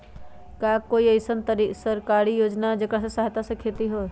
का कोई अईसन सरकारी योजना है जेकरा सहायता से खेती होय?